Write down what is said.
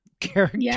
character